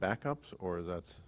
back ups or that's